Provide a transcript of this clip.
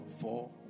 four